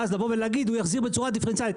ואז להגיד שיחזירו בצורה דיפרנציאלית.